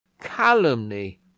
calumny